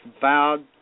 vowed